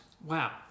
Wow